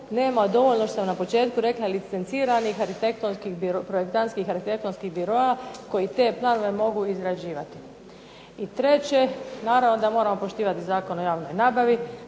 nema dovoljno što sam na početku rekla licenciranih projektantskih arhitektonskih biroa koji te planove mogu izrađivati. I treće, naravno da moramo poštivati Zakon o javnoj nabavi.